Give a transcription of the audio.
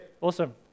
Awesome